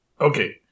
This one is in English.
Okay